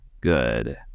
good